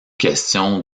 question